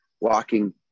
walking